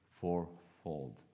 fourfold